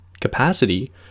capacity